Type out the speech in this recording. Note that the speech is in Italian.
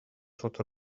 sotto